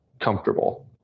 comfortable